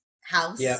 house